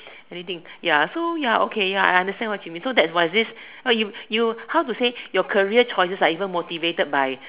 anything ya so ya okay ya I understand what you mean so that's was this no you you how to say your career choices are even motivated by